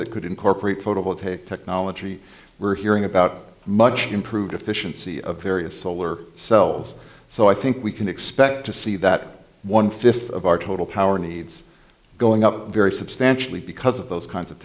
that could incorporate photovoltaic technology we're hearing about much improved efficiency of various solar cells so i think we can expect to see that one fifth of our total power needs going up very substantially because of those kinds of